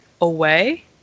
away